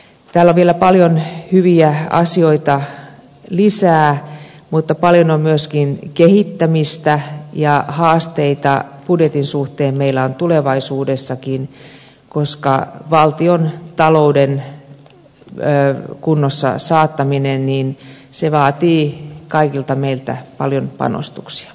täällä on vielä paljon hyviä asioita lisää mutta paljon myöskin kehittämistä ja haasteita budjetin suhteen meillä on tulevaisuudessakin koska valtiontalouden kuntoon saattaminen vaatii kaikilta meiltä paljon panostuksia